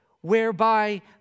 whereby